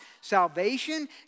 salvation